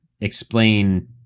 explain